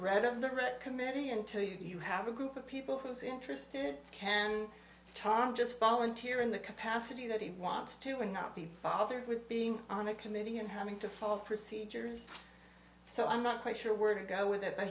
the committee until you have a group of people who's interested can tom just volunteer in the capacity that he wants to and not be bothered with being on a committee and having to follow procedures so i'm not quite sure where to go with that but